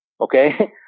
Okay